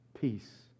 peace